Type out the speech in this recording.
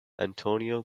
antonio